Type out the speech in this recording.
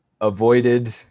avoided